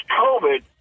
COVID